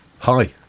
Hi